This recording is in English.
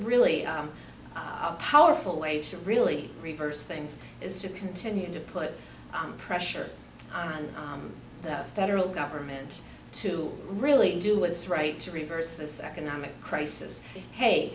really powerful way to really reverse things is to continue to put pressure on the federal government to really do what's right to reverse this economic crisis hey